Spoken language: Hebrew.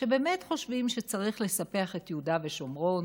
שבאמת חושבים שצריך לספח את יהודה ושומרון,